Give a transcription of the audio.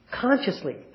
consciously